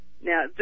Now